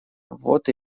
вот